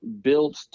built